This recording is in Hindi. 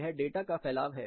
यह डाटा का फैलाव है